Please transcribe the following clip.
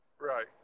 right